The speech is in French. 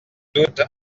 doute